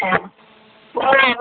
অঁ